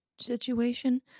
Situation